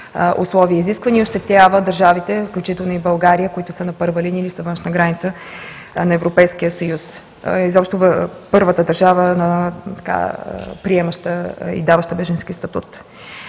условия и изисквания и ощетява държавите, включително България, които са на първата линия или са външна граница на Европейския съюз, изобщо първата държава, приемаща и даваща бежански статут.